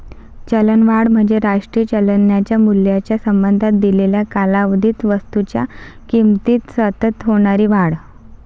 चलनवाढ म्हणजे राष्ट्रीय चलनाच्या मूल्याच्या संबंधात दिलेल्या कालावधीत वस्तूंच्या किमतीत सतत होणारी वाढ